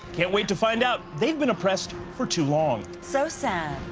can't wait to find out. they've been oppressed for too long. so sad.